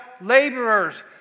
laborers